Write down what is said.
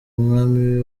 mwami